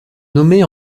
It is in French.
nommée